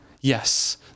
Yes